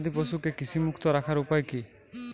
গবাদি পশুকে কৃমিমুক্ত রাখার উপায় কী?